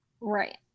Right